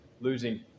losing